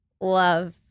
love